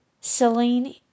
Celine